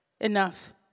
Enough